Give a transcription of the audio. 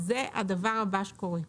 זה הדבר הבא שקורה.